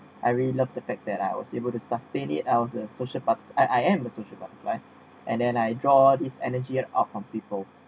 I really love the fact that I was able to sustain it I was social but~ I I am a social butterfly and then I draw his energy and out from people